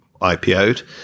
IPO'd